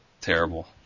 Terrible